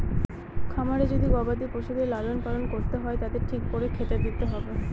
খামারে যদি গবাদি পশুদের লালন পালন করতে হয় তাদের ঠিক করে খেতে দিতে হবে